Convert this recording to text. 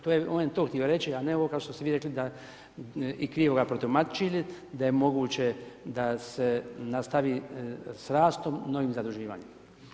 To je on je to htio reći, a ne ovo kao što ste vi rekli i krivo ga protumačili da je moguće da se nastavi s rastom i novim zaduživanjem.